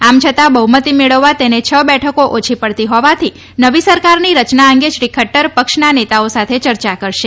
આમ છતાં બહ્મતી મેળવવા તેને છ બેઠકો ઓછી પડતી હોવાથી નવી સરકારની રચના અંગે શ્રી ખદ્દર પક્ષના નેતાઓ સાથે ચર્ચા કરશે